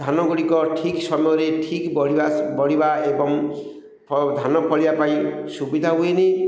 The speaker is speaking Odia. ଧାନ ଗୁଡ଼ିକ ଠିକ୍ ସମୟରେ ଠିକ୍ ବଢ଼ିବା ବଢ଼ିବା ଏବଂ ଧାନ ଫଳିବା ପାଇଁ ସୁବିଧା ହୁଏନି